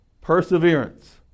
Perseverance